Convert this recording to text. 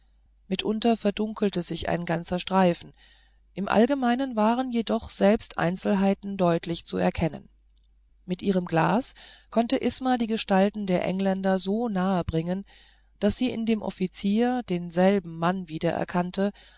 mitunter verdunkelte sich ein ganzer streifen im allgemeinen waren jedoch selbst einzelheiten deutlich zu erkennen mit ihrem glas konnte sich isma die gestalten der engländer so nahe bringen daß sie in dem offizier denselben mann wiedererkannte